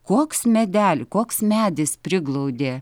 koks medeli koks medis priglaudė